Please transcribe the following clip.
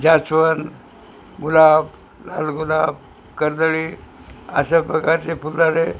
जास्वंद गुलाब लाल गुलाब कर्दळी अशा प्रकारचे फुलाने